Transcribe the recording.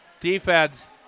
Defense